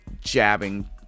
jabbing